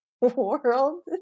world